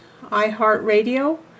iHeartRadio